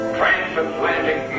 transatlantic